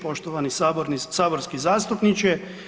Poštovani saborski zastupniče.